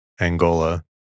Angola